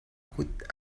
kut